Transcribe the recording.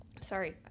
sorry